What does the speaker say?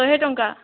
ଶହେ ଟଙ୍କା